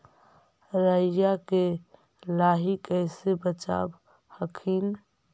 राईया के लाहि कैसे बचाब हखिन?